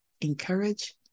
encourage